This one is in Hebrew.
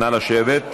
נא לשבת.